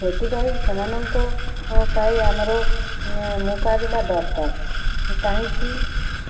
ସେଥିପାଇଁ ସେମାନଙ୍କ ପାଇଁ ଆମର ମୁକାବିଲା ଦରକାର କାହିଁକି